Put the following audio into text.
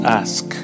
ask